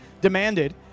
demanded